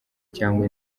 cyangwa